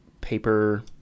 paper